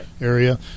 area